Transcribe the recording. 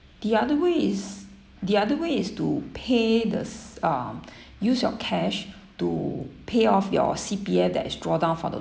the other way is the other way is to pay this um use your cash to pay off your C_P_F that is drawdown for the